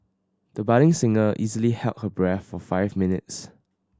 the budding singer easily held her breath for five minutes